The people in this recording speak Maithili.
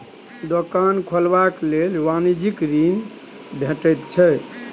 दोकान खोलबाक लेल वाणिज्यिक ऋण भेटैत छै